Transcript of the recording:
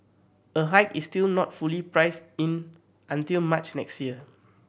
a hike is still not fully priced in until March next year